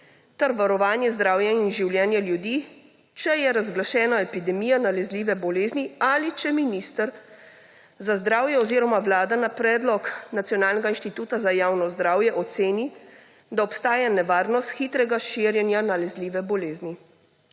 ter varovanje zdravja in življenja ljudi, če je razglašena epidemija nalezljive bolezni ali če minister za zdravje oziroma Vlada na predlog Nacionalnega inštituta za javno zdravje oceni, da obstaja nevarnost hitrega širjenja nalezljive bolezni.